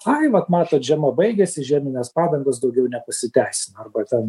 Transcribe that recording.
ai vat matot žiema baigiasi žieminės padangos daugiau nepasiteisina arba ten